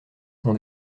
son